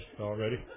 already